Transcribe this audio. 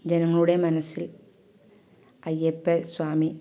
ജനങ്ങളുടെ മനസ്സിൽ അയ്യപ്പ സ്വാമി